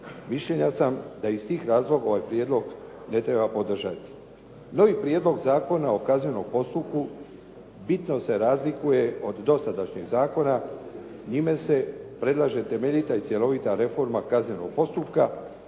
mišljenja sam da iz tih razloga ovaj prijedlog ne treba podržati. Novi Prijedlog Zakona o kaznenom postupku bitno se razlikuje od dosadašnjeg zakona, njime se predlaže temeljita i cjelovita reforma kaznenog postupka,